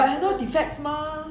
but 很多 defects 吗